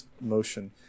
motion